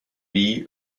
wie